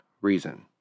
reason